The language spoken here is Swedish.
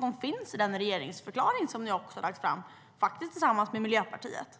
de finns i den regeringsförklaring som ni har lagt fram tillsammans med Miljöpartiet.